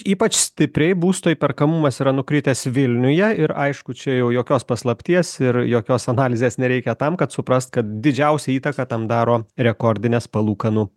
ypač stipriai būsto įperkamumas yra nukritęs vilniuje ir aišku čia jau jokios paslapties ir jokios analizės nereikia tam kad suprast kad didžiausią įtaką tam daro rekordinės palūkanų